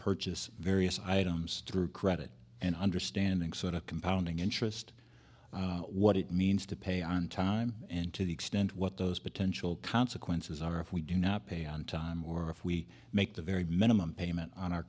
purchase various items through credit and understanding sort of compounding interest what it means to pay on time and to the extent what those potential consequences are if we do not pay on time or if we make the very minimum payment on o